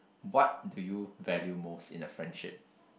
what do you value most in a friendship